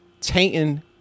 tainting